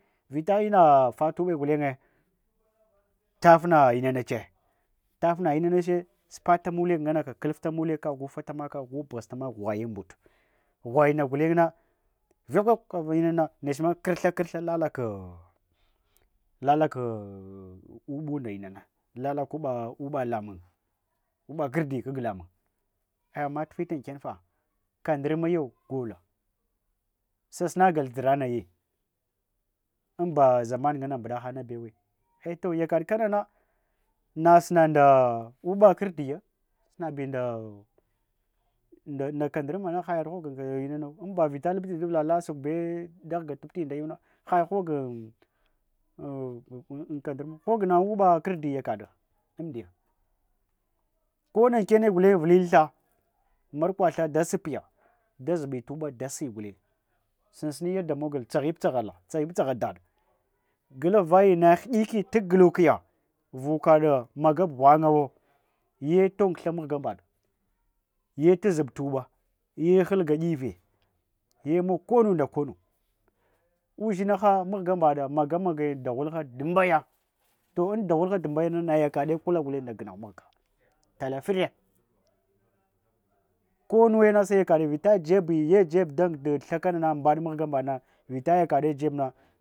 Vita ina fata to uɓe gulenye taffna inanacha taffna inanade spata na mulek nganaka kifta mulek gufata maka gu pghesta makghwayan mɓuta ghwaina gulenna vakulekka nechema krtha krtha lalak, lalak uɓunda inana lak uɓa ala lamun, uɓa krdila kag lamun ama tefittan kenfa ka-ndrmayo gola, sasimnagal zhira nayi inba zaman ngane mɓaɗa han bewo eto yakaɗ kanana sana nda uɓa krɗiya sanabinda kandrma na ha-yaɗ mog inanu, inba vita lalal davla ala sukwabe thai hoggan kan drma wu, hoggan uɓa krdi yakaɗa andiya, ko na ankena kana gulen vil tha da markwa tha da sppiya da zhiɓi ta uɓa dasi sinsins yada mogla, tsaghip tsaghalla tsaghip tsagha daɗ, glf vaya yina hiɗiki ta gluk ya vuka ɗa magab ghwanwo ye tong tha mghga mɓaɗa ye ta zhiɓ ta uɓa ye hal gaɗive ye mog konu nda konu, uzhin ha mghga mɓa ɗa maga magayin dagholga tmɓaya to an dagholga tmbaya na na yakaɗe, kul nda gnau mghga talla fire, konu na se yankaɗe vita jebi jebi dan nagut tha mɓaɗ mghga mbaɗa na.